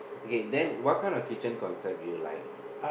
okay then what kind of kitchen concept you like